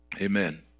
Amen